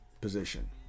position